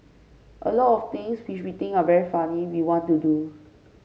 a lot of things which we think are very funny we want to do